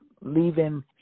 leaving